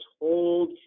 hold